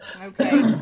okay